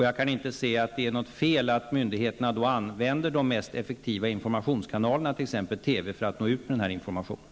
Jag kan inte se att det är något fel att myndigheterna använder de mest effektiva informationskanalerna, t.ex. TV, för att nå ut med denna information.